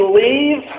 leave